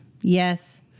Yes